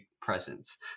presence